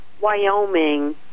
Wyoming